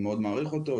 שאני מאוד מעריך אותו,